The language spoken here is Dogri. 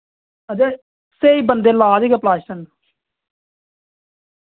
हां ते स्हेई बंदे ला दे गै प्लास्टन